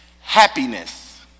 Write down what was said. happiness